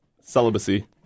Celibacy